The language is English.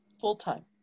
full-time